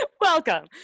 welcome